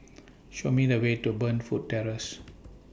Show Me The Way to Burnfoot Terrace